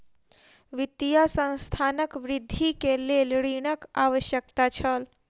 वित्तीय संस्थानक वृद्धि के लेल ऋणक आवश्यकता छल